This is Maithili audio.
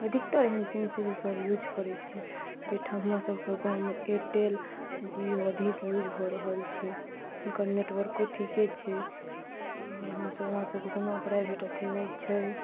अधिकतर एहन सीम छै जे सब यूज करै छी जाहिठाम हमरा सबके गाँवमे एयरटेल जियो अधिक यूज भऽ रहल छै हुनकर नेटवर्को ठीके छै आओर हमसब हमरा सबके कोनो प्राइभेट अथी नै छै